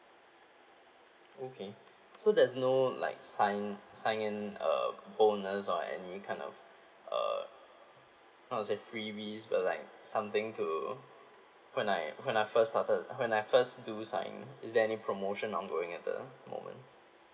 okay so there's no like sign sign in uh bonus or any kind of uh kind of say freebies or like something to when I when I first started when I first do sign is there any promotion ongoing at the moment